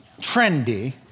trendy